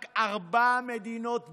רק ארבע מדינות בעולם,